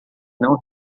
não